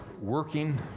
working